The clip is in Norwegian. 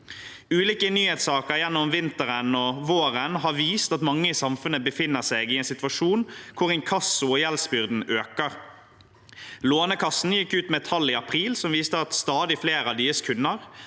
Ulike nyhetssaker gjennom vinteren og våren har vist at mange i samfunnet befinner seg i en situasjon hvor inkasso- og gjeldsbyrden øker. Lånekassen gikk ut med tall i april som viste at stadig flere av deres kunder